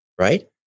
Right